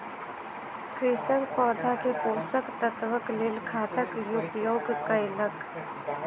कृषक पौधा के पोषक तत्वक लेल खादक उपयोग कयलक